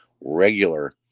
regular